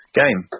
game